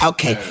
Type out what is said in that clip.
Okay